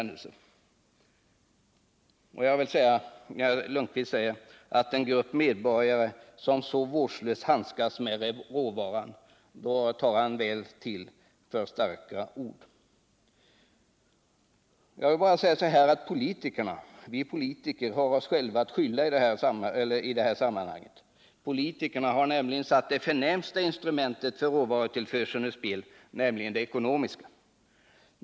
Slutsatsen blir alltså att herr Lundkvist tog till för starka ord när han talade om en grupp medborgare som vårdslöst handskas med råvara. Vi politiker har oss själva att skylla i detta sammanhang. Vi har nämligen satt det förnämsta instrumentet för råvarutillförseln ur spel, nämligen det ekonomiska.